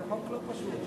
זה חוק לא פשוט.